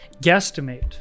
guesstimate